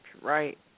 Right